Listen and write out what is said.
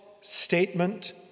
statement